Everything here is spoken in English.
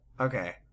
Okay